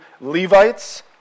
Levites